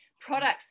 products